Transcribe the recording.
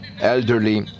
elderly